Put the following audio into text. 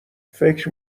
فکر